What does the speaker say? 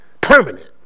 permanent